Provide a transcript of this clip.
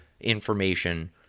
information